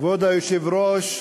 כבוד היושב-ראש,